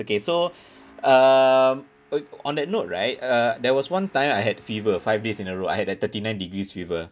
okay so um uh on that note right uh there was one time I had fever five days in a row I had at thirty nine degrees fever